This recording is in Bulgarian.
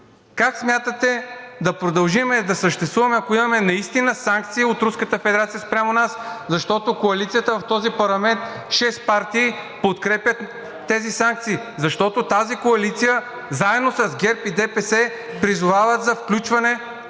Как смятате да продължим да съществуваме, ако имаме наистина санкции от Руската федерация спрямо нас? Защото коалицията в този парламент – шест партии подкрепят тези санкции, защото тази коалиция заедно с ГЕРБ и ДПС призовават за включване